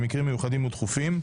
במקרים מיוחדים ודחופים,